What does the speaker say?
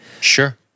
Sure